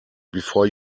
before